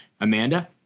Amanda